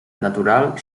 natural